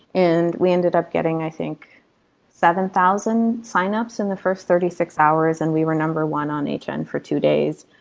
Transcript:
and we ended up getting, i think seven thousand sign-ups in the first thirty six hours and we were number one on hn and for two days.